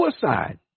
Suicide